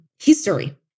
history